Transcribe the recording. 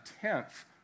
tenth